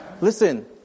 Listen